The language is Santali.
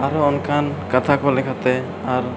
ᱟᱨᱦᱚᱸ ᱚᱱᱠᱟᱱ ᱠᱟᱛᱷᱟ ᱠᱚ ᱞᱮᱠᱟᱛᱮ ᱟᱨ